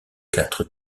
quatre